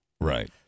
right